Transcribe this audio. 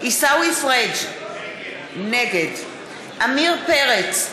עיסאווי פריג' נגד עמיר פרץ,